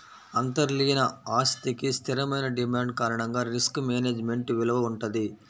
అంతర్లీన ఆస్తికి స్థిరమైన డిమాండ్ కారణంగా రిస్క్ మేనేజ్మెంట్ విలువ వుంటది